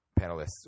panelists